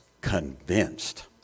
convinced